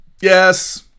yes